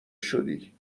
شدی